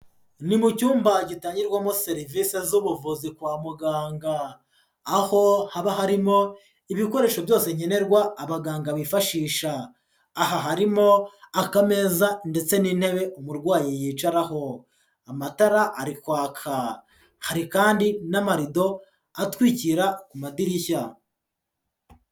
Ni mu cyumba gitangirwamo serivisi z'ubuvuzi kwa muganga, aho haba harimo ibikoresho byose ngenerwa abaganga bifashisha, aha harimo akameza ndetse n'intebe umurwayi yicaraho, amatara ari kwaka, hari kandi n'amarido atwikira ku madirishya.